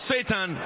Satan